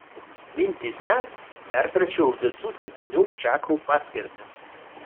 mintyse perkračiau visų septynių čakrų paskirtį